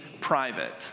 private